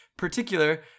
particular